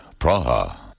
Praha